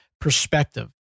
perspective